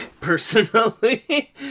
personally